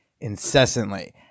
incessantly